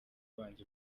abanza